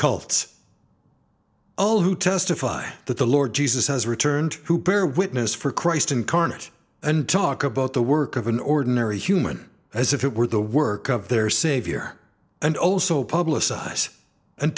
all who testify that the lord jesus has returned to bear witness for christ incarnate and talk about the work of an ordinary human as if it were the work of their savior and also publicize and